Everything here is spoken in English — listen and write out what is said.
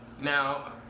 Now